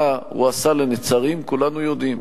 מה הוא עשה לנצרים כולנו יודעים.